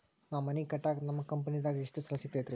ನಾ ಮನಿ ಕಟ್ಟಾಕ ನಿಮ್ಮ ಕಂಪನಿದಾಗ ಎಷ್ಟ ಸಾಲ ಸಿಗತೈತ್ರಿ?